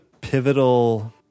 pivotal